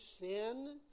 sin